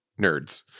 nerds